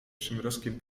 przymrozkiem